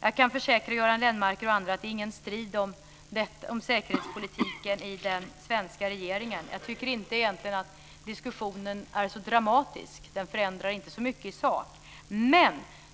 Jag kan försäkra Göran Lennmarker och andra om att det inte är någon strid om säkerhetspolitiken i den svenska regeringen. Jag tycker egentligen inte att diskussionen är så dramatisk. Den förändrar inte så mycket i sak.